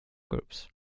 groups